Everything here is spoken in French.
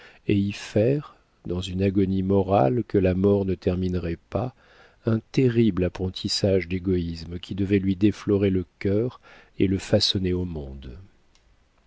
et y faire dans une agonie morale que la mort ne terminerait pas un terrible apprentissage d'égoïsme qui devait lui déflorer le cœur et le façonner au monde